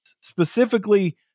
Specifically